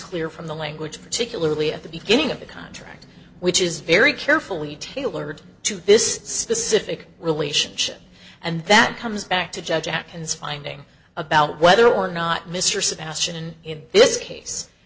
clear from the language particularly at the beginning of the contract which is very carefully tailored to this specific relationship and that comes back to judge jackson's finding about whether or not mr sebastian in this case